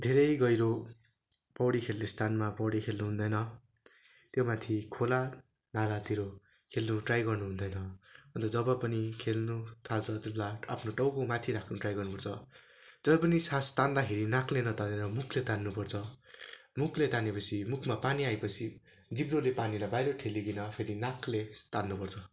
धेरै गहिरो पौडी खेल्ने स्थानमा पौडी खेल्नु हुँदैन त्यो माथि खोला नालातिर खेल्नु ट्राई गर्नु हुँदैन अन्त जब पनि खेल्नु थाल्छ त्यो बेला आफ्नो टाउको माथि राख्नु ट्राई गर्नु पर्छ तर पनि श्वास तान्दाखेरि श्वास नाकले नतानेर मुखले तान्नु पर्छ मुखले ताने पछि मुखमा पानी आए पछि जिब्रोले बाहिर पानीले ठेलीकन फेरि नाकले तान्नु पर्छ